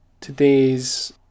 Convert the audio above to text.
today's